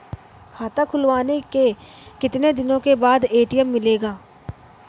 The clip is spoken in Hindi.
खाता खुलवाने के कितनी दिनो बाद ए.टी.एम मिलेगा?